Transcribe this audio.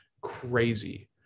crazy